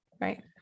right